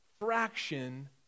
fraction